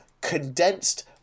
condensed